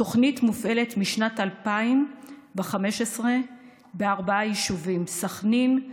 התוכנית מופעלת משנת 2015 בארבעה יישובים: סח'נין,